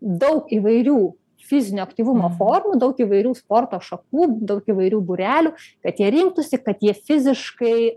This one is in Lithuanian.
daug įvairių fizinio aktyvumo formų daug įvairių sporto šakų daug įvairių būrelių kad jie rinktųsi kad jie fiziškai